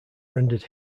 rendered